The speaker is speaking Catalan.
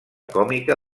còmica